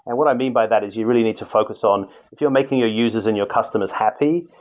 and what i mean by that is you really need to focus on if you're making your users and your customers happy,